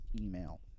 email